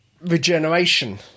regeneration